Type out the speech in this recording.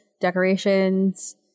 decorations